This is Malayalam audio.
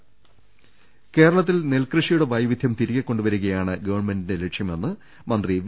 രദേഷ്ടങ കേരളത്തിൽ നെൽകൃഷിയുടെ വൈവിധ്യം തിരികെ കൊണ്ടുവരിക യാണ് ഗവൺമെന്റിന്റെ ലക്ഷ്യമെന്ന് മന്ത്രി വി